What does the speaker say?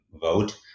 vote